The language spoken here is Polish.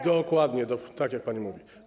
Dokładnie tak, jak pani mówi.